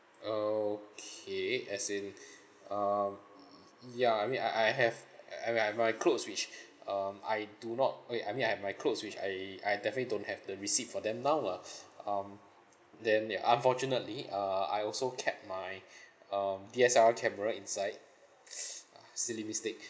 okay as in um y~ ya I mean I I have I I my clothes which um I do not okay I mean I have my clothes which I I definitely don't have the receipt for them now lah um then ya unfortunately err I also kept my um D_S_L_R camera inside ah silly mistake